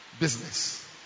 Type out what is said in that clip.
Business